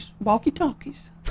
walkie-talkies